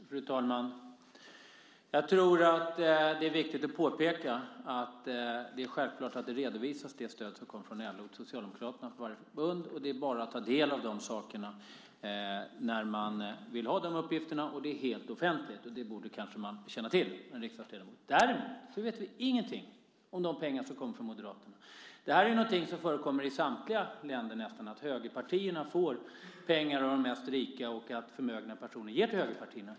Fru talman! Jag tror att det är viktigt att påpeka att det är självklart att det stöd som kommer från LO till Socialdemokraterna redovisas av varje förbund. Det är bara att ta del av det när man vill ha de uppgifterna. Det är helt offentligt, och det borde man kanske känna till som riksdagsledamot. Däremot vet vi ingenting om de pengar som kommer till Moderaterna. Det är någonting som förekommer i nästan samtliga länder att högerpartier får pengar av de mest rika och att förmögna personer ger pengar till högerpartierna.